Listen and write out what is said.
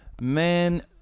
Man